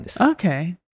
Okay